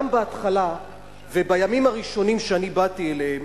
גם בהתחלה ובימים הראשונים שאני באתי אליהם,